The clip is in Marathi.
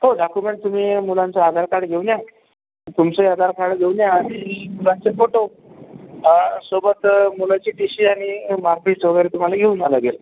हो डॉक्युमेंट तुम्ही मुलांचं आधार कार्ड घेऊन या तुमचं ही आधार कार्ड घेऊन या मुलांचे फोटो आ सोबत मुलांचे टी शी आणि मार्कशीट वगैरे तुम्हाला घेऊन यायला लागेल